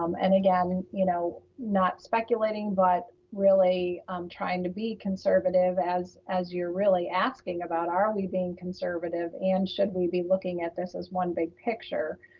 um and again, you know, not speculating, but really um trying to be conservative as as you're really asking about, are we being conservative and should we be looking at this as one big picture?